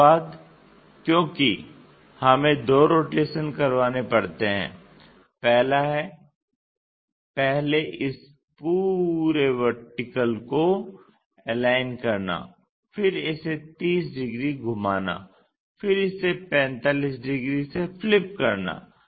उसके बाद क्योंकि हमें दो रोटेशन करवाने पड़ते हैं पहला है पहले इस पूरे वर्टिकल को एलाइन करना फिर इसे 30 डिग्री घुमाना फिर इसे 45 डिग्री से फ़्लिप करना